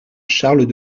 charles